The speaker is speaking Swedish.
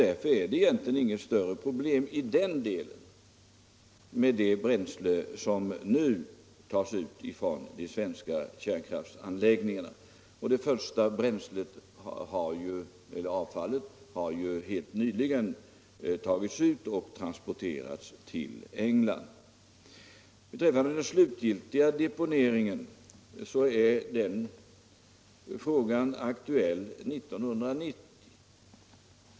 Därför är det egentligen inget större problem i den delen med det bränsle som nu tas ut från de svenska kärnkraftsanläggningarna. Det första avfallet har ju helt nyligen tagits ut och transporterats till England. Beträffande den slutgiltiga deponeringen, så är den frågan aktuell 1990.